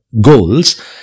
goals